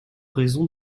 raison